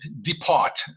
depart